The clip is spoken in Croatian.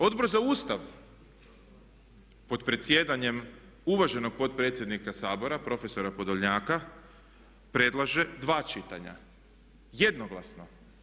Odbor za Ustav pod predsjedanjem uvaženog potpredsjednika Sabora prof. Podolnjaka predlaže dva čitanja, jednoglasno.